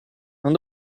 non